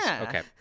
Okay